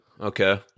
Okay